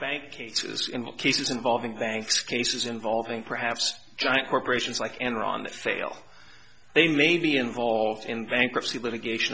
bank cases in cases involving thanks cases involving perhaps giant corporations like enron that fail they may be involved in bankruptcy litigation